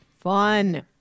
Fun